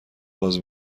باز